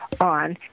on